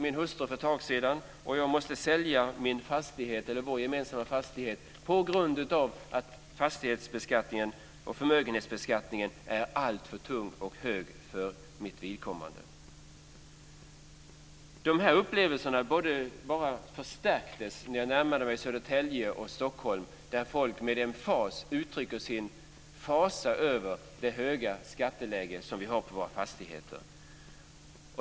Min hustru dog för ett tag sedan, och jag måste sälja vår gemensamma fastighet på grund av att fastighetsbeskattningen och förmögenhetsbeskattningen är alltför tung och hög för mitt vidkommande. Dessa upplevelser bara förstärktes när jag närmade mig Södertälje och Stockholm, där folk med emfas uttryckte sin fasa över det höga skatteläge som vi har på våra fastigheter.